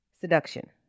seduction